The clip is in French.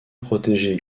protégée